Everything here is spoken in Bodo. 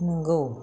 नोंगौ